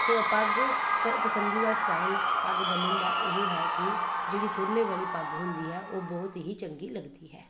ਪ ਪੱਗ ਪ ਪਸੰਦੀਦਾ ਸਟਾਈਲ ਪੱਗ ਬੰਨ੍ਹਣ ਦਾ ਇਹ ਹੈ ਕਿ ਜਿਹੜੀ ਤੁਰਲੇ ਵਾਲੀ ਪੱਗ ਹੁੰਦੀ ਹੈ ਉਹ ਬਹੁਤ ਹੀ ਚੰਗੀ ਲੱਗਦੀ ਹੈ